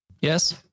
Yes